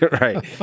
Right